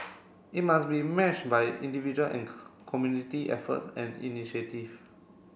it must be matched by individual and community effort and initiative